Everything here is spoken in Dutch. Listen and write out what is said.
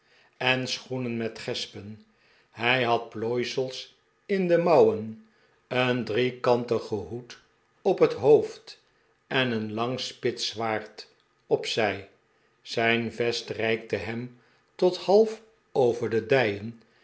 en schoenen met gespen hij had plooisels in de mouwen een driekantigen hoed op het hoofd en een lang spits zwaard op zij zijn vest reikte hem tot half over de dijen